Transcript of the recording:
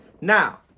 Now